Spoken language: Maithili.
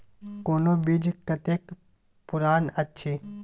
कोनो बीज कतेक पुरान अछि?